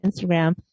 Instagram